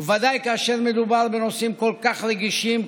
ודאי כאשר מדובר בנושאים כל כך רגישים,